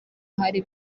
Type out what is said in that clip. hari